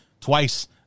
twice